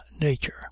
nature